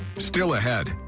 still ahead,